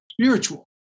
spiritual